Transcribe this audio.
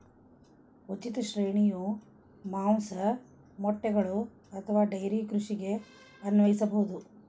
ಉಚಿತ ಶ್ರೇಣಿಯು ಮಾಂಸ, ಮೊಟ್ಟೆಗಳು ಅಥವಾ ಡೈರಿ ಕೃಷಿಗೆ ಅನ್ವಯಿಸಬಹುದು